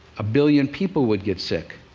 a billion people would get sick.